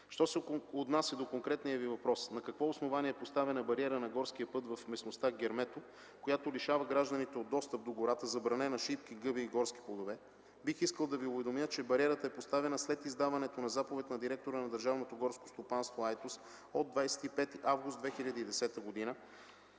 Що се отнася до конкретния Ви въпрос – на какво основание е поставена бариера на горския път в местността „Гермето”, която лишава гражданите от достъп до гората за бране на шипки, гъби и горски плодове, бих искал да Ви уведомя, че бариерата е поставена след издаването на заповед на директора на Държавното